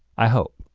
i hope.